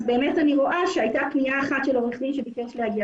באמת אני רואה שהייתה פנייה אחת של עורך דין שביקש להגיע